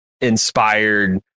inspired